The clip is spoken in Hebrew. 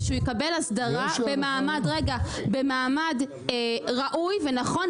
ושהוא יקבל הסדרה במעמד ראוי ונכון,